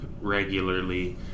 regularly